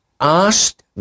asked